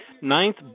Ninth